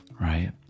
right